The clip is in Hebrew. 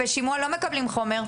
בשימוע לא מקבלים חומר.